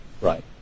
Right